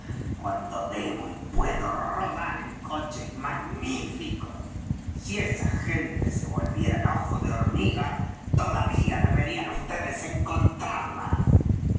cuando debo y puedo rodar en coches magníficos si esas gentes se volvieran ojo de hormiga todavía deberían vds encontrarlas